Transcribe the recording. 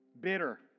bitter